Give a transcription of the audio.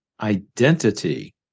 identity